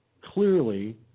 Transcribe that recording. clearly